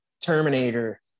terminator